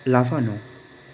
লাফানো